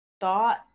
thought